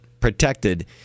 protected